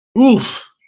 Oof